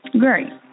Great